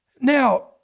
Now